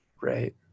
Right